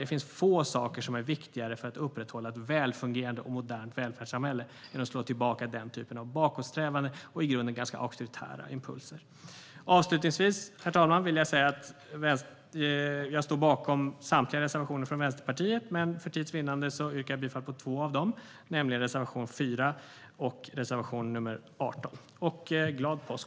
Det finns få saker som är viktigare för att upprätthålla ett välfungerande och modernt välfärdssamhälle än att slå tillbaka den typen av bakåtsträvande och i grunden auktoritära impulser. Avslutningsvis, herr talman, står jag bakom samtliga reservationer från Vänsterpartiet, men för tids vinnande yrkar jag bifall till två av dem, nämligen reservation nr 4 och reservation nr 18. Glad påsk!